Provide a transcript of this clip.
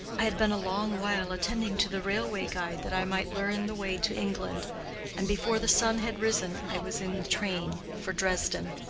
i had been a long while attending to the railway guide that i might learn the way to england and before the sun had risen i was in the train for dresden.